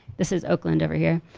this is oakland over here.